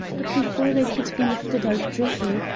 but before they could be lifted out dripping,